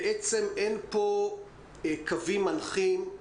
בעצם אין פה קווים מנחים,